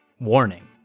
Warning